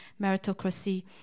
meritocracy